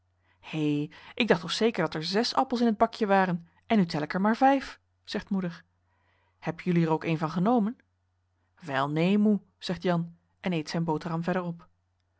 é ik dacht toch zeker dat er zes appels in het bakje waren en nu tel ik er maar vijf zegt moeder heb jullie er ook een van genomen wel neen moe zegt jan en eet zijn boterham verder op